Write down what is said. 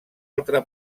altra